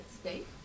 state